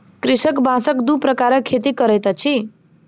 कृषक बांसक दू प्रकारक खेती करैत अछि